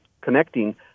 connecting